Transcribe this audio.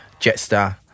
Jetstar